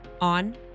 on